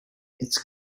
its